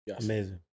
amazing